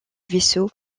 vaisseau